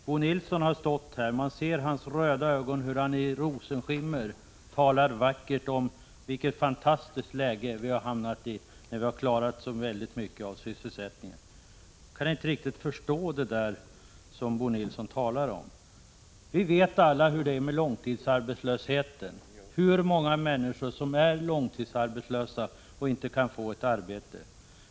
Bo Nilsson har stått här, och man har sett hans röda ögon när han som i ett rosenskimmer talat vackert om vilket fantastiskt läge vi har hamnat i när vi har klarat så väldigt mycket av sysselsättningen. Jag kan inte riktigt förstå det som Bo Nilsson talar om. Vi vet alla hur det är med långtidsarbetslösheten, hur många människor det är som är långtidsarbetslösa och inte kan få ett arbete.